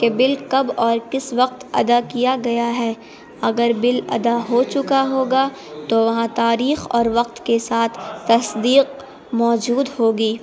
کہ بل کب اور کس وقت ادا کیا گیا ہے اگر بل ادا ہو چکا ہوگا تو وہاں تاریخ اور وقت کے ساتھ تصدیق موجود ہوگی